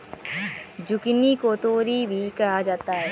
zucchini को तोरी भी कहा जाता है